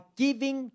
giving